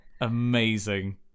amazing